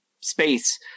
space